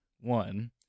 one